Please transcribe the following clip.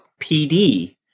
PD